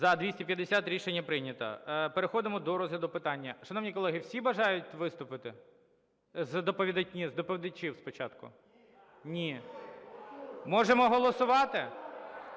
За-250 Рішення прийнято. Переходимо до розгляду питання. Шановні колеги, всі бажають виступити? Ні, з доповідачів спочатку. Ні. Можемо голосувати?